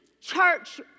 church